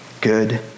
good